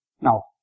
Now